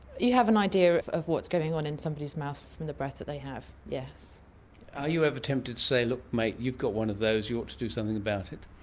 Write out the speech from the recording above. you have an idea of what's going on in somebody's mouth from the breath that they have, yes. are you ever tempted to say, look mate, you've got one of those, you ought to do something about it'?